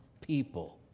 people